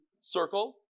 circle